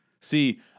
See